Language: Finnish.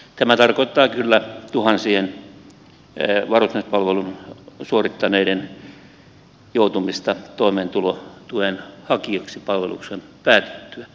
tämä tarkoittaa kyllä tuhansien varusmiespalvelun suorittaneiden joutumista toimeentulotuen hakijaksi palveluksen päätyttyä